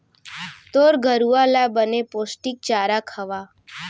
तोर गरूवा ल बने पोस्टिक चारा खवा